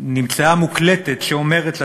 נמצאה מוקלטת כשהיא אומרת לתלמידות: